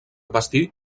bastir